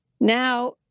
now